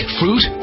fruit